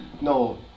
No